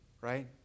Right